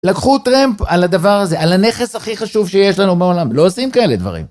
לקחו טראמפ על הדבר הזה, על הנכס הכי חשוב שיש לנו בעולם, לא עושים כאלה דברים.